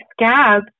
scab